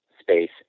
space